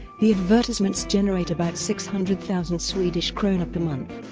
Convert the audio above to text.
the advertisements generate about six hundred thousand sek per month.